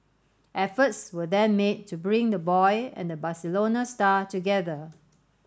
efforts were then made to bring the boy and the Barcelona star together